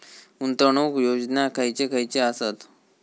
गुंतवणूक योजना खयचे खयचे आसत?